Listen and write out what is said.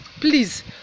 Please